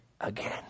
again